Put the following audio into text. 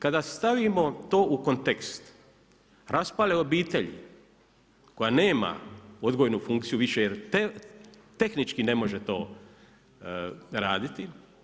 Kada stavimo to u kontekst raspale obitelji koja nema odgojnu funkciju više jer tehnički ne može to raditi.